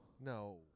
No